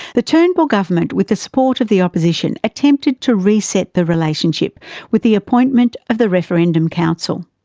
the turnbull government, with the support of the opposition, attempted to reset the relationship with the appointment of the referendum council.